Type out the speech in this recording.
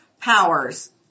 powers